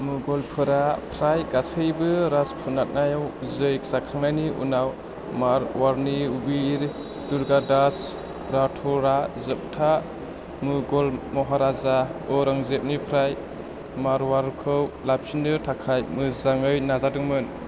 मुगलफोरा फ्राय गासैबो राजपुनातनायाव जै जाखांनायनि उनाव मारवाड़नि वीर दुर्गादास राठरआ जोबथा मुगल महाराजा औरंगजेबनिफ्राय मारवाड़खौ लाफिननो थाखाय मोजाङै नाजादोंमोन